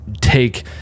take